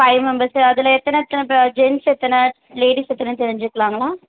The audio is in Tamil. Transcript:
ஃபைவ் மெம்பர்ஸ்ஸு அதில் எத்தனை எத்தனை ப ஜென்ட்ஸ்ஸு எத்தனை லேடிஸ் எத்தனைனு தெரிஞ்சுக்கலாங்களா